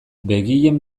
begien